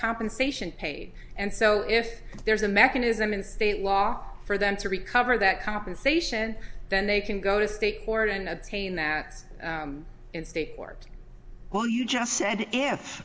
compensation paid and so if there's a mechanism in state law for them to recover that compensation then they can go to state court and obtain that in state court well you just said